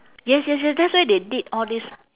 yes yes yes that's why they did all this